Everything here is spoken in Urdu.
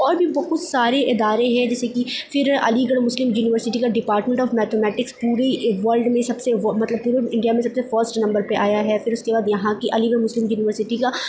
اور بھی بہت سارے ادارے ہیں جیسےکہ پھر علی گڑھ مسلم یونیورسٹی کا ڈپارٹمنٹ آف میتھمیٹکس پورے ورلڈ میں سب سے مطلب پورے انڈیا میں سب سے فسٹ نمبر پہ آیا ہے پھر اس کے بعد یہاں کی علی گڑھ مسلم یونیورسٹی کا